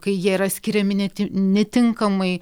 kai jie yra skiriami netin netinkamai